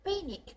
panic